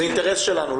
זה אינטרס שלנו.